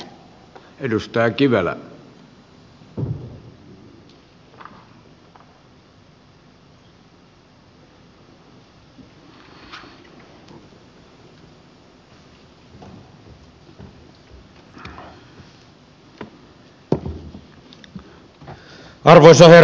arvoisa herra puhemies